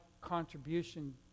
contribution